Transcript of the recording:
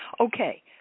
Okay